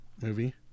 movie